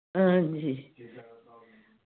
हां जी